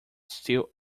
still